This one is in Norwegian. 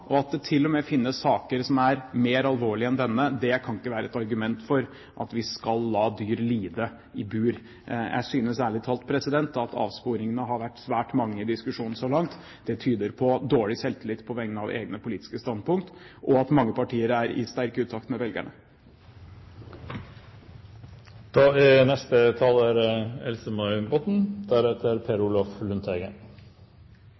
og at det til og med finnes saker som er mer alvorlige enn denne, ikke kan være et argument for at vi skal la dyr lide i bur. Jeg synes ærlig talt at avsporingene har vært svært mange i diskusjonen så langt. Det tyder på dårlig selvtillit på vegne av egne politiske standpunkt, og at mange partier er sterkt i utakt med